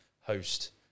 host